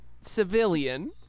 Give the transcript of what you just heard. civilian